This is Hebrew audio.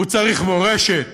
הוא צריך מורשת,